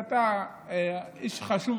ואתה איש חשוב,